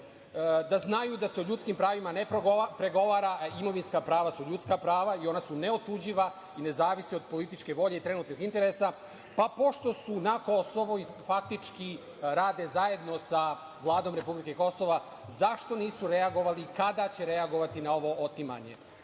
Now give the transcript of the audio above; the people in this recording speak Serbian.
Da znaju da se o ljudskim pravima ne pregovara, a imovinska prava su ljudska prava i ona su neotuđiva i ne zavise od političke volje i trenutnih interesa. Pa, pošto su na Kosovu i faktički rade zajedno sa vladom republike Kosovo, zašto nisu reagovali? Kada će reagovati na ovo otimanje? Pitanje